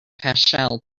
paschal